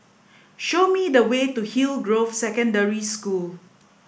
show me the way to Hillgrove Secondary School